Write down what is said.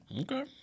Okay